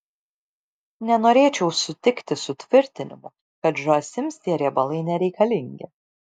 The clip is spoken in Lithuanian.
nenorėčiau sutikti su tvirtinimu kad žąsims tie riebalai nereikalingi